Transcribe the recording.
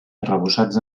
arrebossats